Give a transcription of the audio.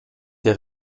der